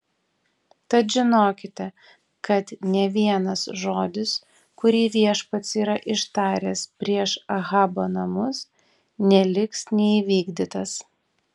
tad žinokite kad nė vienas žodis kurį viešpats yra ištaręs prieš ahabo namus neliks neįvykdytas